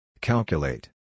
Calculate